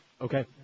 Okay